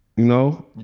know,